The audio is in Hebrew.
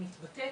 והדמוקרטיים.